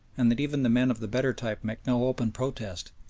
and that even the men of the better type make no open protest,